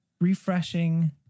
refreshing